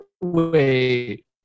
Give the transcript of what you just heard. Wait